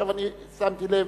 שמתי לב